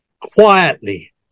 quietly